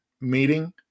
meeting